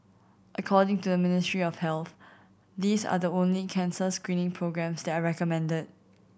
according to the Ministry of Health these are the only cancer screening programmes that are recommended